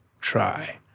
try